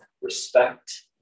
respect